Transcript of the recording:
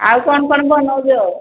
ଆଉ କ'ଣ କ'ଣ ବନଉଛ